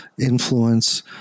influence